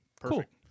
Perfect